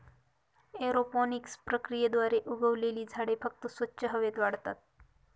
aeroponics प्रक्रियेद्वारे उगवलेली झाडे फक्त स्वच्छ हवेत वाढतात